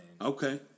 okay